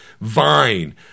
Vine